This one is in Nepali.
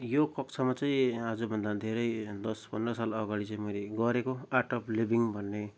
यो कक्षामा चाहिँ आजभन्दा धेरै दस पन्ध्र साल अघाडि चाहिँ मैले गरेको आर्ट अफ लिभिङ भन्ने